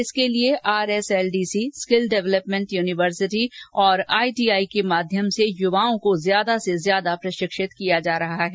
इसके लिए RSLDC skill development university और आईटीआई के माध्यम से यवाओं को ज्यादा से ज्यादा प्रशिक्षित किया जा रहा है